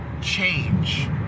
change